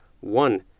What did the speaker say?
One